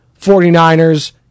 49ers